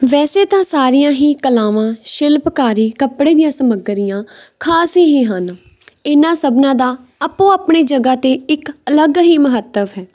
ਵੈਸੇ ਤਾਂ ਸਾਰੀਆਂ ਹੀ ਕਲਾਵਾਂ ਸ਼ਿਲਪਕਾਰੀ ਕੱਪੜੇ ਦੀਆਂ ਸਮੱਗਰੀਆਂ ਖ਼ਾਸ ਹੀ ਹਨ ਇਹਨਾਂ ਸਭਨਾਂ ਦਾ ਆਪੋ ਆਪਣੀ ਜਗ੍ਹਾ 'ਤੇ ਇੱਕ ਅਲੱਗ ਹੀ ਮਹੱਤਵ ਹੈ